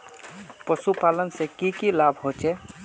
पशुपालन से की की लाभ होचे?